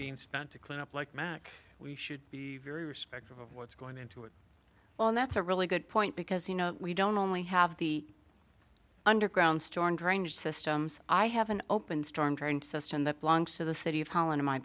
being spent to clean up like mack we should be very respectful of what's going into it well that's a really good point because you know we don't only have the underground storm drainage systems i have an open storm drain system that belongs to the city of holland in my